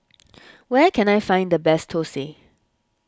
where can I find the best Thosai